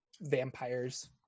vampires